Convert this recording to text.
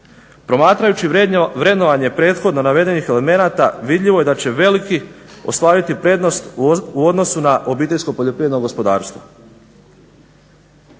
Promatrajući vrednovanje prethodno navedenih elemenata vidljivo je da će veliki ostvariti prednost u odnosu na OPG. Hoće li OPG u gospodarskom